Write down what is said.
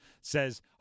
says